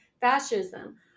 Fascism